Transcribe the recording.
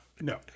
No